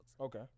Okay